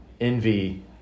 envy